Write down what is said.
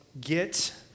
get